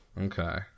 Okay